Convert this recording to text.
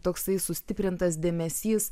toksai sustiprintas dėmesys